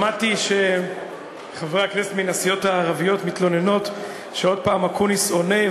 שמעתי שחברי הכנסת מן הסיעות הערביות מתלוננים שעוד פעם אקוניס עונה,